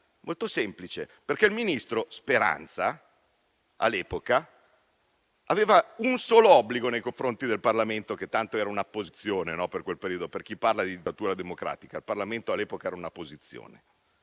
Molto semplice: il ministro Speranza all'epoca aveva un solo obbligo nei confronti del Parlamento, che tanto era un'apposizione in quel periodo. Per chi parla di dittatura democratica, il Parlamento all'epoca era un'apposizione.